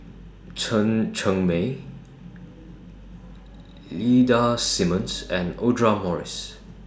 Chen Cheng Mei Ida Simmons and Audra Morrice